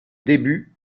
début